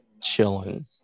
chilling